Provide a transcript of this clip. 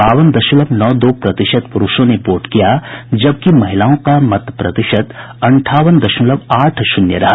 बावन दशमलव नौ दो प्रतिशत प्रुषों ने वोट किया जबकि महिलाओं का मत प्रतिशत अंठावन दशमलव आठ शून्य रहा